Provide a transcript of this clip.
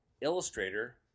illustrator